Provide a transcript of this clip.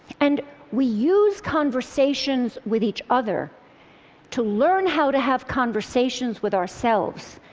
and we use conversations with each other to learn how to have conversations with ourselves.